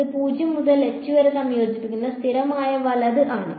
ഇത് 0 മുതൽ h വരെ സംയോജിപ്പിക്കുന്ന സ്ഥിരമായ വലത് ആണ്